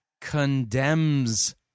condemns